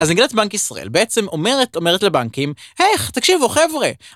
אז נגידת בנק ישראל בעצם אומרת, אומרת לבנקים, איך? תקשיבו, חבר'ה